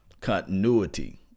continuity